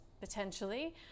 potentially